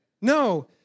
No